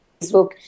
facebook